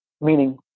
Meaning